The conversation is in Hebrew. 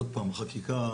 עוד פעם בעניין החקיקה,